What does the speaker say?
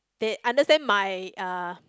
they understand my uh